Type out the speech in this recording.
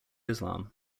islam